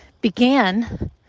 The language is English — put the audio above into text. began